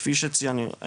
כפי שציינו,